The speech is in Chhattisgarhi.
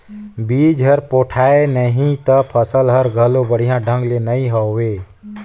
बिज हर पोठाय नही त फसल हर घलो बड़िया ढंग ले नइ होवे